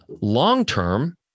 long-term